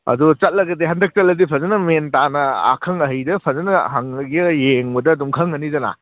ꯑꯗꯣ ꯆꯠꯂꯒꯗꯤ ꯍꯟꯗꯛ ꯆꯠꯂꯒꯗꯤ ꯐꯖꯅ ꯃꯦꯟ ꯇꯥꯅ ꯑꯈꯪ ꯑꯍꯩꯗ ꯐꯖꯅ ꯌꯦꯡꯉꯒ ꯑꯗꯨꯝ ꯈꯪꯒꯅꯤꯗꯅ